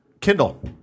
Kindle